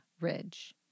Ridge